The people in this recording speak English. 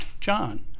John